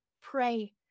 pray